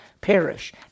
perish